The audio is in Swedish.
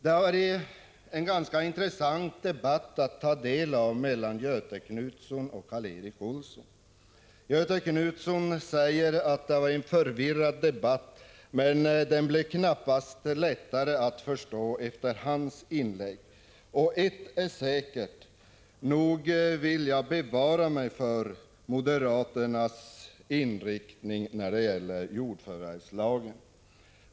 Det har varit en ganska intressant debatt mellan Göthe Knutson och Karl Erik Olsson. Göthe Knutson säger att det har varit en förvirrad debatt, men den blir knappast lättare att förstå efter hans inlägg. Och ett är säkert: Nog vill jag bevara mig för moderaternas inriktning när det gäller jordförvärvslagen.